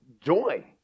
joy